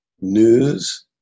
news